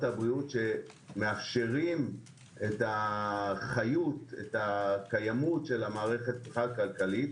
הבריאות שמאפשרים את החיות של המערכת הכלכלית